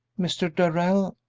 mr. darrell,